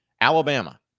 Alabama